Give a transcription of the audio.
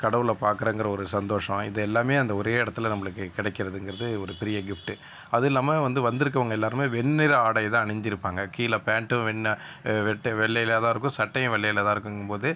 கடவுளை பார்க்கறங்கற ஒரு சந்தோஷம் இது எல்லாமே அந்த ஒரே இடத்துல நம்மளுக்கு கிடைக்கறதுங்கிறது ஒரு பெரிய கிஃப்ட்டு அது இல்லாமல் வந்து வந்திருக்கவங்க எல்லாருமே வெண்ணிற ஆடையைதான் அணிந்திருப்பாங்கள் கீழே பேண்ட்டும் வெண்ண வெட் வெள்ளையில்தான் இருக்கும் சட்டையும் வெள்ளையில்தான் இருக்குங்கும்போது